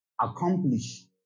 accomplish